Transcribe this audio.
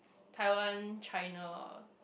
Taiwan China